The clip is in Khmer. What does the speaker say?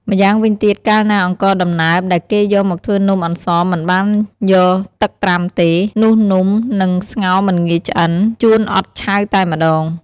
ម្យ៉ាងវិញទៀតកាលណាអង្ករដំណើបដែលគេយកមកធ្វើនំអន្សមមិនបានយកទឹកត្រាំទេ នោះនំហ្នឹងស្ងោរមិនងាយឆ្អិន ជួនអត់ឆៅតែម្តង។